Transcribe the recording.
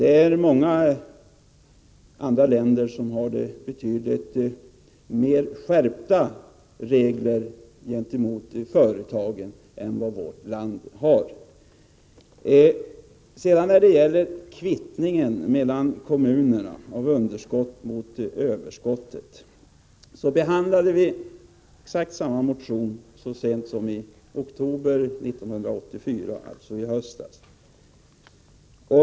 Det finns många andra länder som har betydligt mera skärpta regler gentemot företagen än vad vårt land har. När det sedan gäller kvittningen mellan kommunerna av underskott mot överskott, behandlade vi exakt samma motion så sent som i oktober 1984, alltså i höstas.